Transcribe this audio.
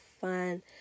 fun